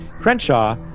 Crenshaw